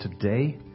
today